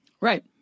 Right